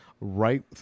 Right